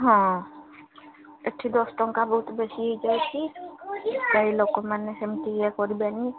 ହଁ ଏଠି ଦଶ ଟଙ୍କା ବହୁତ ବେଶୀ ହୋଇଯାଇଛିି କାଇଁ ଲୋକମାନେ ସେମିତି ଇଏ କରିବେନି